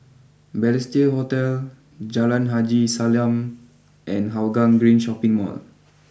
Balestier Hotel Jalan Haji Salam and Hougang Green Shopping Mall